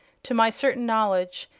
to my certain knowledge,